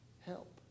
help